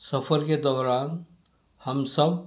سفر کے دوران ہم سب